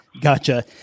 Gotcha